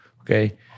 okay